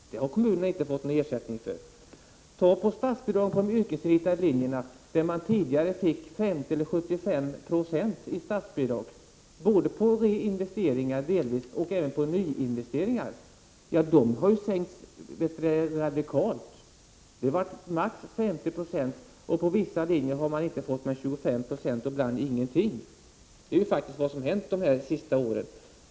Detta har kommunerna inte fått någon ersättning för. Tag som exempel statsbidraget till de yrkesinriktade linjerna för vilka man förut fick 50-75 26 av kostnaderna i statsbidrag både för investeringar och delvis för nyinvesteringar. De statsbidragen har sänkts radikalt. Man har fått maximalt 50 7 i bidrag, och för vissa linjer har man inte fått mer än 25 96, och ibland ingenting. Det är vad som hänt de senaste åren.